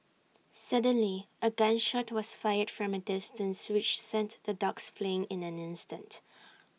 suddenly A gun shot was fired from A distance which sent the dogs fleeing in an instant